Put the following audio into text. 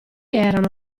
erano